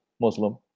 Muslim